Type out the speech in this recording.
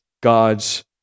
God's